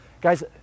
Guys